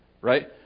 Right